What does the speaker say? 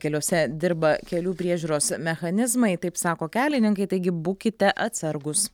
keliuose dirba kelių priežiūros mechanizmai taip sako kelininkai taigi būkite atsargūs